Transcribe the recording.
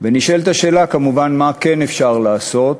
ונשאלת השאלה, כמובן, מה כן אפשר לעשות,